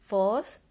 Fourth